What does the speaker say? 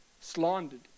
slandered